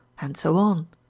and so on.